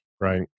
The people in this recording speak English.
right